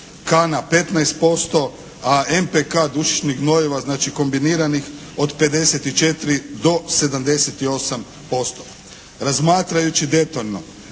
kana 15% a MPK dušičnih gnojiva znači kombiniranih od 54 do 78%. Razmatrajući detaljno